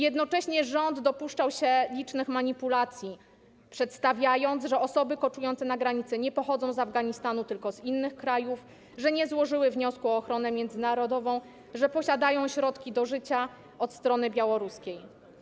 Jednocześnie rząd dopuszczał się licznych manipulacji, przedstawiając, że osoby koczujące na granicy nie pochodzą z Afganistanu, tylko z innych krajów, że nie złożyły wniosku o ochronę międzynarodową, że posiadają środki do życia otrzymane od strony białoruskiej.